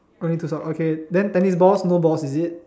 only two socks okay then tennis balls no balls is it